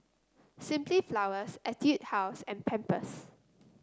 Simply Flowers Etude House and Pampers